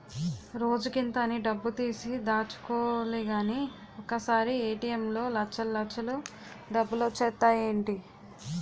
రోజుకింత అని డబ్బుతీసి దాచుకోలిగానీ ఒకసారీ ఏ.టి.ఎం లో లచ్చల్లచ్చలు డబ్బులొచ్చేత్తాయ్ ఏటీ?